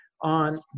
on